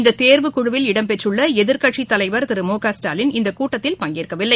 இந்ததேர்வுக் குழுவில் இடம்பெற்றுள்ளஎதிர்க்கட்சித் தலைவர் திரு மு க ஸ்டாலின் இந்தகூட்டத்தில் பங்கேற்கவில்லை